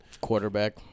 Quarterback